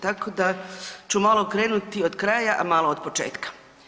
Tako da ću malo krenuti od kraja, a malo od početka.